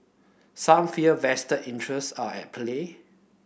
some fear vested interest are at play